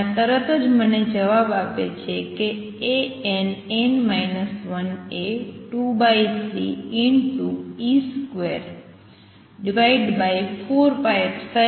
અને આ તરત જ મને જવાબ આપે છે કે Ann 1 એ 23e24π002mc3n બનશે